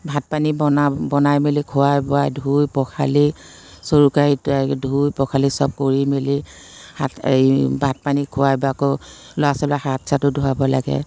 ভাত পানী বনাম বনাই মেলি খোৱাই বোৱাই ধুই পখালি চৰু কেৰাহী তেৰাহী ধুই পখালি চব কৰি মেলি হাত এই ভাত পানী খুৱাই বুৱাই আকৌ ল'ৰা ছোৱালীৰ হাত চাতো ধুৱাব লাগে